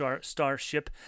starship